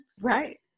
Right